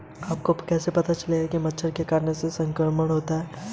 आपको कैसे पता चलेगा कि मच्छर के काटने से संक्रमण होता है?